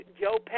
Joe